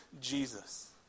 Jesus